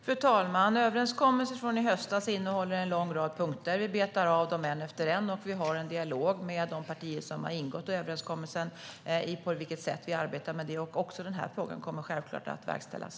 Fru talman! Överenskommelsen från i höstas innehåller en lång rad punkter. Vi betar av dem en efter en, och vi har en dialog med de partier som har ingått överenskommelsen om på vilket sätt vi ska arbeta. Också denna punkt kommer självklart att verkställas.